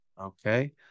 Okay